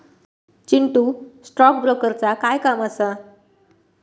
Chintu, stock ब्रोकरचा काय काम असा?